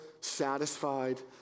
satisfied